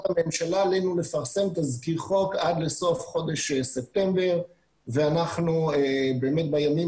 הממשלה עלינו לפרסם תזכיר חוק עד לסוף חודש ספטמבר ובאמת בימים